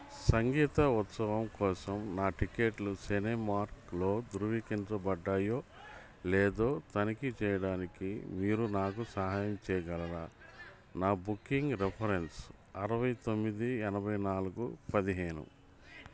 సంగీత ఉత్సవం కోసం నా టిక్కెట్లు సినేమార్క్లో ధృవీకరించబడ్డాయో లేదో తనిఖీ చేయడానికి మీరు నాకు సహాయం చేయగలరా నా బుకింగ్ రిఫరెన్స్ అరవై తొమ్మిది ఎనభై నాలుగు పదిహేను